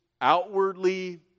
outwardly